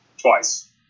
Twice